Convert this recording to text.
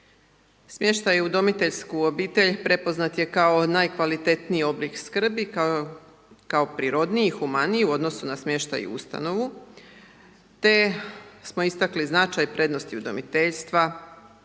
Smještaj u udomiteljsku obitelj prepoznat je kao najkvalitetniji oblik skrbi, kao prirodniji, humaniji u odnosu na smještaj u ustanovu, te smo istakli značaj prednosti udomiteljstva